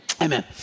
Amen